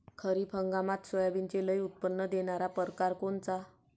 खरीप हंगामात सोयाबीनचे लई उत्पन्न देणारा परकार कोनचा?